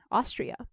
Austria